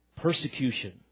persecution